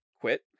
quit